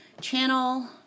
channel